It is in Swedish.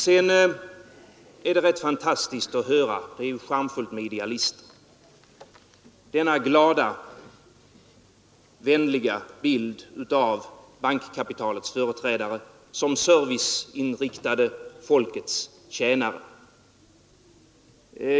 Sedan är det rätt fantastiskt att höra — det är ju charmfullt med idealister — denna glada och vänliga bild av bankkapitalets företrädare som serviceinriktade folkets tjänare.